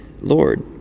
Lord